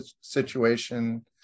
situation